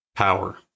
Power